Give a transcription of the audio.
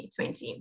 2020